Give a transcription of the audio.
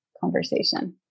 conversation